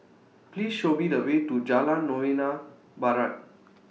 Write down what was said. Please Show Me The Way to Jalan Novena Barat